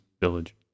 village